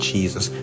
Jesus